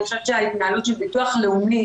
אני חושבת שההתנהלות של הביטוח הלאומי